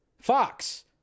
Fox